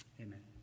Amen